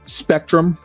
spectrum